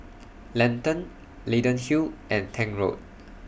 Lentor Leyden Hill and Tank Road